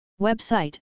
Website